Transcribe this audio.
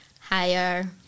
higher